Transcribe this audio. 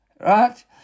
Right